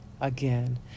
Again